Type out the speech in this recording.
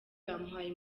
bamuhaye